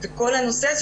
וכל הנושא הזה